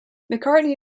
mccartney